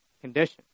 condition